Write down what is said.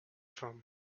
from